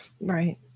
Right